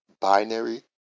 binary